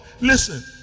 Listen